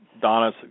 Donna